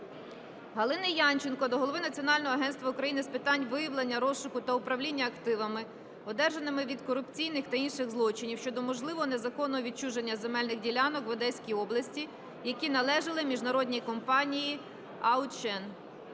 Галини Янченко до голови Національного агентства України з питань виявлення, розшуку та управління активами, одержаними від корупційних та інших злочинів щодо можливого незаконного відчуження земельних ділянок в Одеській області, які належали міжнародній компанії Auchan.